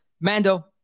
Mando